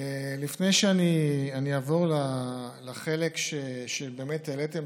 לפני שאני אעבור לחלק שהעליתם